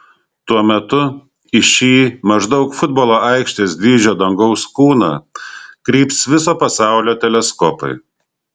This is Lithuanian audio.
tuo metu į šį maždaug futbolo aikštės dydžio dangaus kūną kryps viso pasaulio teleskopai